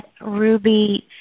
ruby